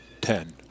Ten